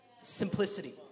Simplicity